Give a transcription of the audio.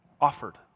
offered